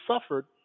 suffered